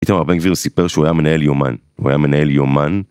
איתמר בן גביר סיפר שהוא היה מנהל יומן, הוא היה מנהל יומן...